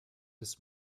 des